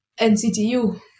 NCTU